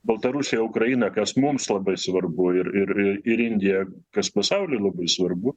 baltarusiją ukrainą kas mums labai svarbu ir ir ir indija kas pasauliui labai svarbu